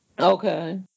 Okay